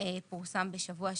שפורסם בשבוע שעבר.